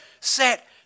set